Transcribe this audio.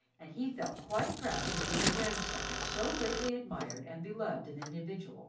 and he felt quite proud to be the grandson of so greatly admired and beloved an individual